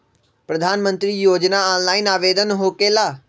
प्रधानमंत्री योजना ऑनलाइन आवेदन होकेला?